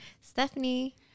Stephanie